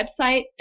website